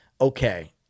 okay